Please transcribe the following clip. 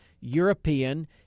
European